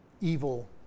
evil